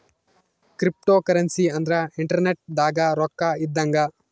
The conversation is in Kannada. ಕ್ರಿಪ್ಟೋಕರೆನ್ಸಿ ಅಂದ್ರ ಇಂಟರ್ನೆಟ್ ದಾಗ ರೊಕ್ಕ ಇದ್ದಂಗ